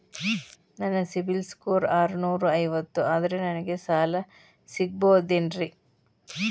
ನನ್ನ ಸಿಬಿಲ್ ಸ್ಕೋರ್ ಆರನೂರ ಐವತ್ತು ಅದರೇ ನನಗೆ ಸಾಲ ಸಿಗಬಹುದೇನ್ರಿ?